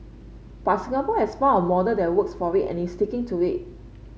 but Singapore has found a model that works for it and is sticking to it